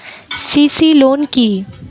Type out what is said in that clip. CC loan কি?